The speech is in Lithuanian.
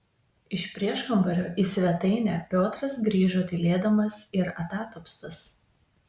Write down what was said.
iš prieškambario į svetainę piotras grįžo tylėdamas ir atatupstas